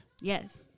Yes